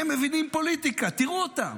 הם מבינים פוליטיקה, תראו אותם.